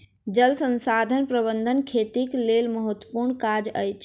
जल संसाधन प्रबंधन खेतीक लेल महत्त्वपूर्ण काज अछि